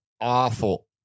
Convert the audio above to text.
awful